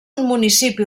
municipi